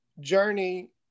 journey